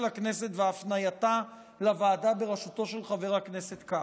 הכנסת והפנייתה לוועדה בראשותו של חבר הכנסת קרעי,